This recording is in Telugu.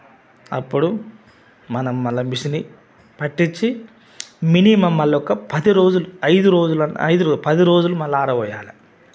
అప్పుడు మనం మళ్ళ మిషన్ని పట్టించి మినిమమ్ మళ్ళొక పది రోజులు ఐదు రోజుల ఐదు రోజుల పది రోజులు మళ్ళా ఆరబోయాల